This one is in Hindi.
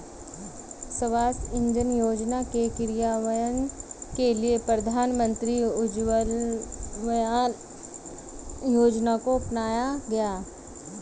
स्वच्छ इंधन योजना के क्रियान्वयन के लिए प्रधानमंत्री उज्ज्वला योजना को अपनाया गया